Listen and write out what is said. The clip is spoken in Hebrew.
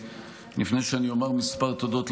לפני שאומר תודות,